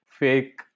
fake